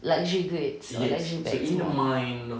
luxury goods or luxury bags or